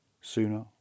sooner